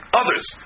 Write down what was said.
others